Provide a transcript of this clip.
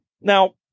Now